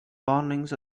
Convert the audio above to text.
warnings